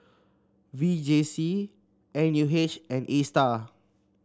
V J C N U H and Astar